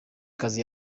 kazi